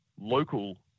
local